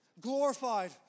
glorified